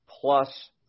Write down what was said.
plus